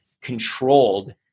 controlled